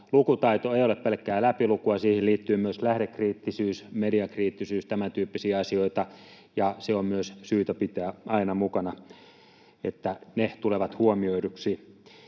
Lukutaito ei ole pelkkää läpilukua, vaan siihen liittyy myös lähdekriittisyys, mediakriittisyys, tämän tyyppisiä asioita, ja se on myös syytä pitää aina mukana, että ne tulevat huomioiduiksi.